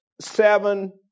seven